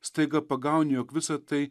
staiga pagauni jog visa tai